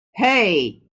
hey